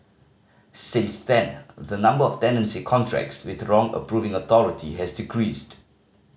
since then the number of tenancy contracts with wrong approving authority has decreased